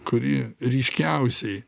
kuri ryškiausiai